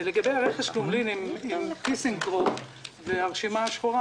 לגבי רכש גומלין אם טיסנקרופ והרשימה השחורה